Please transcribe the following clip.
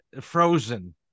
Frozen